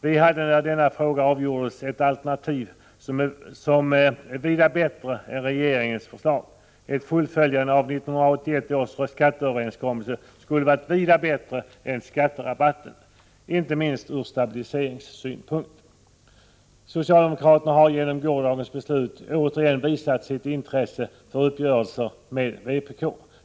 Vi hade när denna fråga avgjordes ett alternativ som är vida bättre än regeringens förslag. Ett fullföljande av 1981 års skatteöverenskommelse skulle ha varit mycket bättre än skatterabatten, inte minst ur stabiliseringssynpunkt. Socialdemokraterna har genom gårdagens beslut återigen visat sitt intresse för uppgörelser med vpk.